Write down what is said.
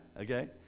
okay